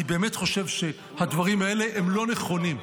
אני באמת חושב שהדברים האלה הם לא נכונים.